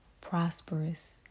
prosperous